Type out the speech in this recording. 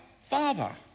Father